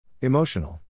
Emotional